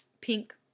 pink